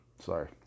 Sorry